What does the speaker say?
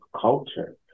culture